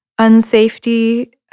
unsafety